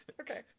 Okay